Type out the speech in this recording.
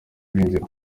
binjira